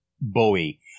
bowie